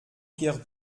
pierre